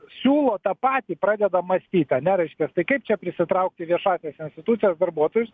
siūlo tą patį pradeda mąstyt ane reiškias tai kaip čia prisitraukti viešąsias institucijas darbuotojus